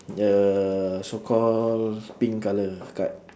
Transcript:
the so call pink colour card